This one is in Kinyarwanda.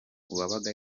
uwabaga